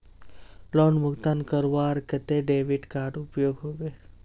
Loan भुगतान करवार केते डेबिट कार्ड उपयोग होबे?